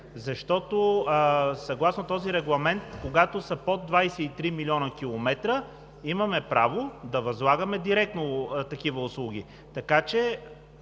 защото съгласно този регламент, когато са под 23 млн. км, имаме право да възлагаме директно такива услуги.